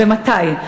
ומתי.